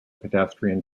pedestrian